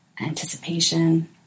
anticipation